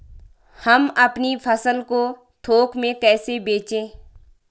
हम अपनी फसल को थोक में कैसे बेचें?